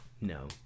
No